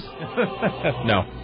No